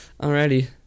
Alrighty